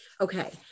Okay